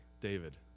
david